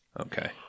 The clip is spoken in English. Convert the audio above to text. Okay